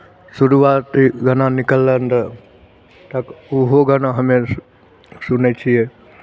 शुरुआती गाना निकललनि रहय तऽ ओहो गाना हमे सुनै छियै